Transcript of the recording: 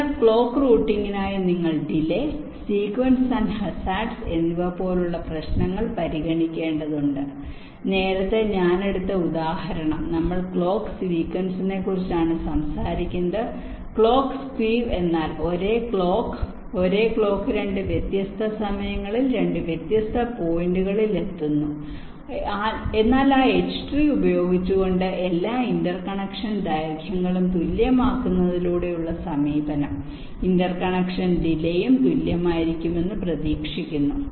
അതിനാൽ ക്ലോക്ക് റൂട്ടിംഗിനായി നിങ്ങൾ ഡിലെ സ്ക്വീസ് ആൻഡ് ഹസാർഡ്സ് എന്നിവ പോലുള്ള പ്രശ്നങ്ങൾ പരിഗണിക്കേണ്ടതുണ്ട് നേരത്തെ ഞാൻ എടുത്ത ഉദാഹരണം നമ്മൾ ക്ലോക്ക് സ്ക്വീസിനെക്കുറിച്ചാണ് സംസാരിക്കുന്നത് ക്ലോക്ക് സ്ക്വീവ് എന്നാൽ ഒരേ ക്ലോക്ക് ഒരേ ക്ലോക്ക് 2 വ്യത്യസ്ത സമയങ്ങളിൽ 2 വ്യത്യസ്ത പോയിന്റുകളിൽ എത്തുന്നു എന്നാൽ ആ H ട്രീ ഉപയോഗിച്ചുകൊണ്ട് എല്ലാ ഇന്റർ കണക്ഷൻ ദൈർഘ്യങ്ങളും തുല്യമാക്കുന്നതിലൂടെയുള്ള സമീപനം ഇന്റർകണക്ഷൻ ഡിലെയും തുല്യമായിരിക്കുമെന്ന് പ്രതീക്ഷിക്കുന്നു